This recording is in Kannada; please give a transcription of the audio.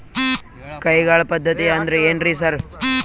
ಕೈಗಾಳ್ ಪದ್ಧತಿ ಅಂದ್ರ್ ಏನ್ರಿ ಸರ್?